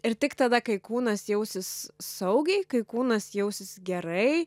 ir tik tada kai kūnas jausis saugiai kai kūnas jausis gerai